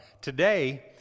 today